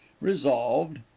resolved